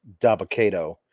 Dabakato